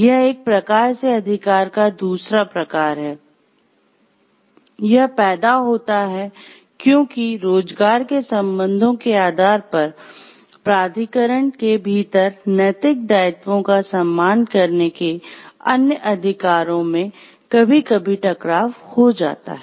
यह एक प्रकार से अधिकार का दूसरा प्रकार है यह पैदा होता है क्योंकि रोजगार के संबंधों के आधार पर प्राधिकरण के भीतर नैतिक दायित्वों का सम्मान करने के अन्य अधिकारों में कभी कभी टकराव हो जाता है